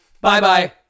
Bye-bye